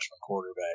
quarterback